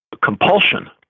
compulsion